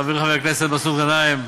חברי חבר הכנסת מסעוד גנאים,